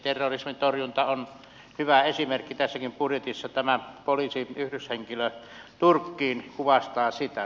terrorismin torjunta on hyvä esimerkki tässäkin budjetissa tämä poliisin yhdyshenkilö turkkiin kuvastaa sitä